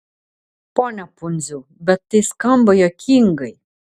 pone pundziau bet tai skamba juokingai